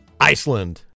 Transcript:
Iceland